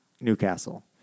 Newcastle